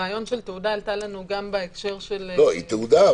הרעיון של תעודה עלה לנו גם בהקשר של --- היא תעודה,